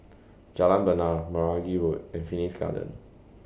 Jalan Bena Meragi Road and Phoenix Garden